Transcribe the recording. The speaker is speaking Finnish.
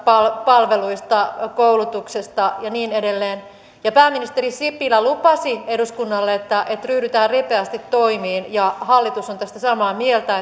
palveluista koulutuksesta ja niin edelleen ja pääministeri sipilä lupasi eduskunnalle että ryhdytään ripeästi toimiin ja hallitus on tästä samaa mieltä